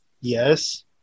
Yes